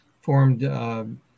formed